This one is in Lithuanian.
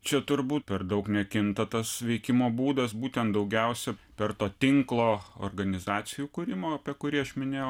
čia turbūt per daug nekinta tas veikimo būdas būtent daugiausia per to tinklo organizacijų kūrimo apie kurį aš minėjau